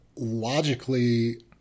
logically